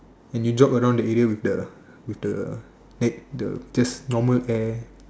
and you jog around the area with the with the air the just normal air